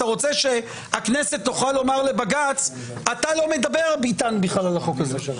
אתה רוצה שהכנסת תוכל לומר לבג"ץ: אתה בכלל לא מדבר איתנו על החוק הזה.